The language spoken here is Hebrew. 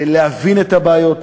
להבין את הבעיות,